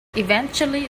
eventually